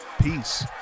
Peace